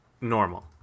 normal